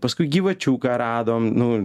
paskui gyvačiuką radom nu